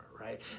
right